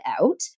out